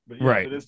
Right